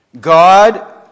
God